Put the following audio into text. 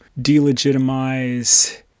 delegitimize